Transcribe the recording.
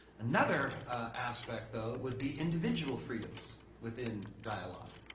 another aspect, though, would be individual freedoms within dialogue